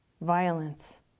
Violence